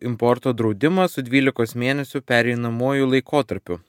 importo draudimas su dvylikos mėnesių pereinamuoju laikotarpiu